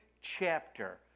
chapter